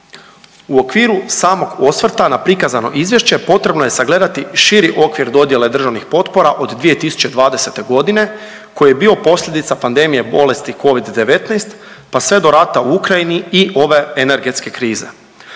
U okviru samog osvrta na prikazano izvješće potrebno je sagledati širi okvir dodjele državnih potpora od 2020.g. koji je bio posljedica pandemije bolesti covid-19, pa sve do rata u Ukrajini i ove energetske krize.